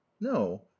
no